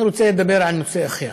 אני רוצה לדבר על נושא אחר,